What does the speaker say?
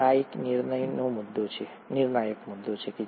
હવે આ એક નિર્ણાયક મુદ્દો છે